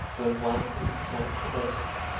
were one and the same person?